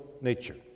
nature